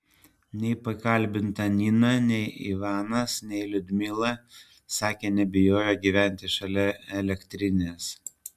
nei pakalbinta nina nei ivanas nei liudmila sakė nebijoję gyventi šalia elektrinės